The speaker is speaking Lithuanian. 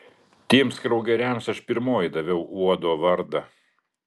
tiems kraugeriams aš pirmoji daviau uodo vardą